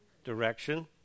direction